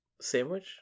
Sandwich